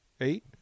Eight